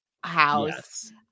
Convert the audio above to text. house